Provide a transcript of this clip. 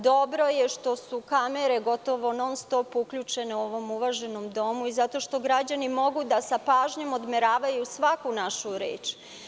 Dobro je što su kamere gotovo non stop uključene u ovom uvaženom domu zato što građani mogu da sa pažnjom odmeravaju svaku našu reč.